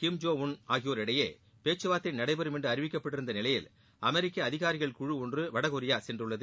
கிம் Jong Un ஆகியோர் இடையே பேச்சு வார்த்தை நடைபெறும் என்று அறிவிக்கப்பட்டிருந்த நிலையில் அமெரிக்க அதிகாரிகள் குழு ஒன்று வடகொரியா சென்றுள்ளது